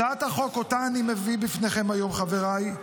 הצעת החוק שאני מביא בפניכם היום, חבריי,